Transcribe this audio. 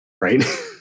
right